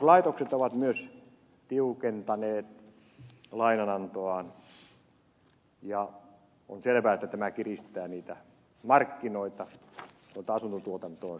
rahoituslaitokset ovat myös tiukentaneet lainanantoaan ja on selvää että tämä kiristää niitä markkinoita joilta asuntotuotantoon sitten rahaa etsitään